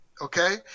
Okay